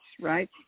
right